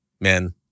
men